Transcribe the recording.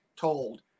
told